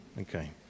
okay